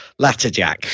Latterjack